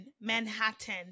Manhattan